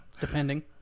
Depending